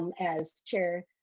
and as chair.